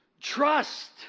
trust